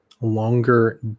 longer